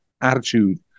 attitude